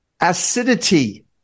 acidity